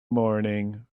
morning